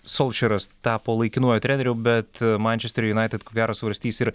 solčeras tapo laikinuoju treneriu bet mančester junaitid ko gero svarstys ir